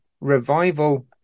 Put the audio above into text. revival